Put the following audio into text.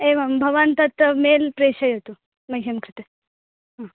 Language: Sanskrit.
एवं भवान् तत् मेल् प्रेषयतु मह्यं कृते हा